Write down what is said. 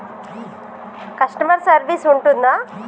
Customer service ఉంటుందా?